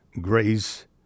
grace